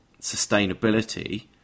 sustainability